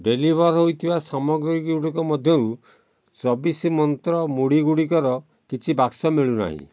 deliver ହୋଇଥିବା ସାମଗ୍ରୀ ଗୁଡ଼ିକ ମଧ୍ୟରୁ ଚବିଶି ମନ୍ତ୍ର ମୁଢ଼ି ଗୁଡ଼ିକର କିଛି ବାକ୍ସ ମିଳୁନାହିଁ